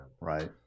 right